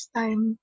time